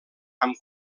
amb